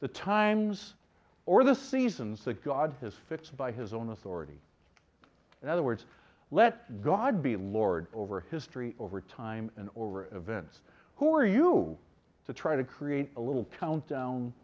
the times or the seasons that god has fixed by his own authority in other words let god be lord over history over time and over events who are you to try to create a little countdown